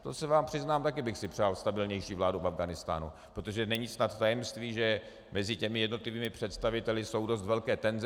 To se vám přiznám, taky bych si přál stabilnější vlády v Afghánistánu, protože není snad tajemství, že mezi jednotlivými představiteli jsou dost velké tenze.